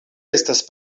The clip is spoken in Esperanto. estas